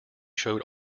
showed